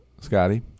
Scotty